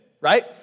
right